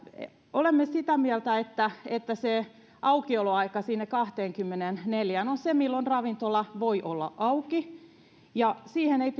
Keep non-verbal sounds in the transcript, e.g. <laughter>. olemme sitä mieltä että että se aukioloaika sinne kahteenkymmeneenneljään on se milloin ravintola voi olla auki ja siihen ei <unintelligible>